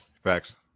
Facts